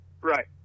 Right